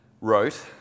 wrote